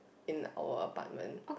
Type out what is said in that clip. in our apartment